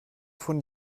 von